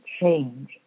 change